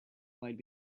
might